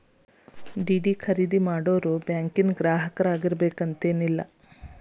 DD ಖರೇದಿ ಮಾಡೋರು ಬ್ಯಾಂಕಿನ್ ಗ್ರಾಹಕರಾಗಿರ್ಬೇಕು ಅಂತೇನಿಲ್ಲ